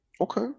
Okay